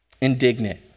indignant